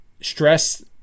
stress